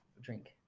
drink